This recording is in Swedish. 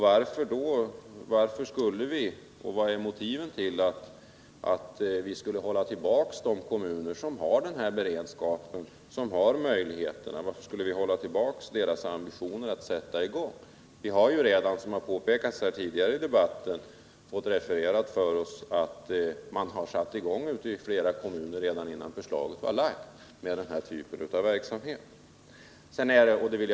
Vad är motivet till att hålla tillbaka de kommuner som har den beredskapen och de möjligheterna? Varför skulle vi hålla tillbaka deras ambitioner att sätta i gång? Man har ju också, som vi fått refererat för oss tidigare i debatten, i flera kommuner satt i gång den här typen av verksamhet redan innan förslaget var framlagt.